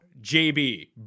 JB